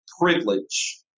privilege